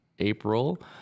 April